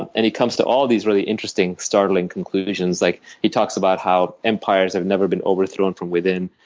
and and he comes to all these really interesting, startling conclusions. like he talks about how empires have never been overthrown from within.